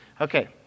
Okay